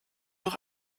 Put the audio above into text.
noch